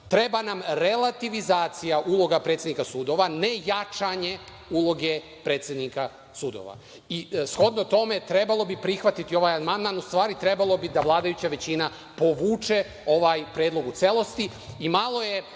treba nam relativizacija uloga predsednika sudova, ne jačanje uloge predsednika sudova. Shodno tome trebalo bi prihvatiti ovaj amandman, u stvari trebalo bi da vladajuća većina povuče ovaj predlog u celosti